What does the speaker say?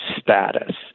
status